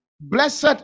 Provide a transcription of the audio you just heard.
Blessed